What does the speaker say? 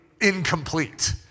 incomplete